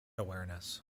awareness